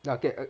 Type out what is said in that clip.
no okay uh